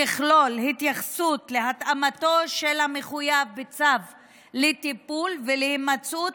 תכלול התייחסות להתאמתו של המחויב בצו לטיפול ולהימצאות